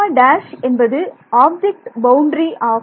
Γ′ என்பது object boundary ஆகும்